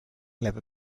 leather